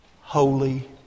holy